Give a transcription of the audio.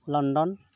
London